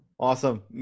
Awesome